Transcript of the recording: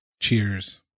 Cheers